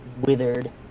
withered